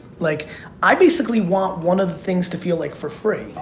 like i basically want one of the things to feel like for free.